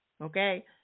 Okay